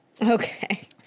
Okay